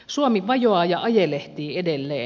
suomi vajoaa ja ajelehtii edelleen